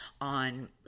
on